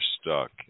stuck